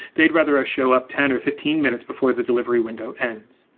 they'd rather us show up ten or fifteen minutes before the delivery window ends.